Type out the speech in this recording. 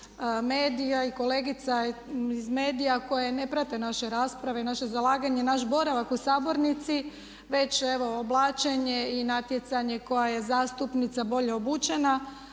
i kolegica iz medija koje ne prate naše rasprave i naše zalaganje i naš boravak u sabornici već evo oblačenje i natjecanje koja je zastupnica bolje obučena.